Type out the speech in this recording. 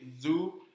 Zoo